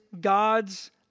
God's